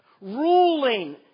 ruling